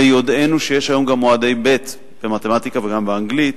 ביודענו שיש היום גם מועדי ב' במתמטיקה וגם באנגלית,